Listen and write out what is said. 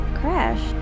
crashed